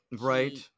Right